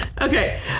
Okay